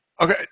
Okay